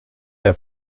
der